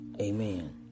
Amen